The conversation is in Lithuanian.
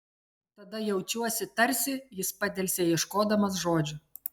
tada jaučiuosi tarsi jis padelsė ieškodamas žodžių